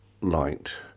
light